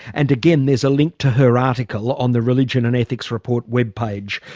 and again, there's a link to her article on the religion and ethics report webpage.